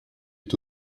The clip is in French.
est